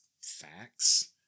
facts